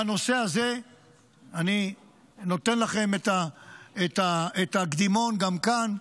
בנושא הזה אני נותן לכם את הקדימון גם כאן,